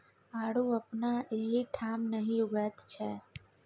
आड़ू अपना एहिठाम नहि उगैत छै